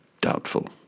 doubtful